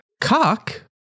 cock